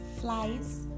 flies